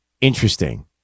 interesting